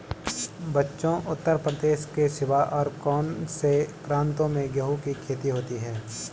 बच्चों उत्तर प्रदेश के सिवा और कौन से प्रांतों में गेहूं की खेती होती है?